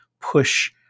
push